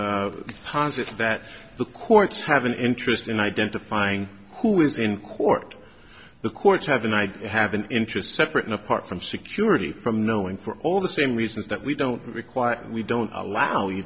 that the courts have an interest in identifying who is in court the courts have an i have an interest separate and apart from security from knowing for all the same reasons that we don't require we don't allow